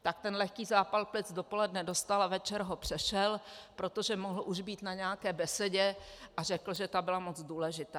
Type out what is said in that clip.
Tak ten lehký zápal plic dopoledne dostal a večer ho přešel, protože už mohl být na nějaké besedě a řekl, že ta byla moc důležitá.